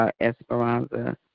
Esperanza